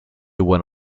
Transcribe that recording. went